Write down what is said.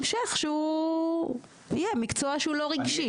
והמשך ההסדרה אנחנו לא רוצים לנפות החוצה מישהו